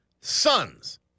sons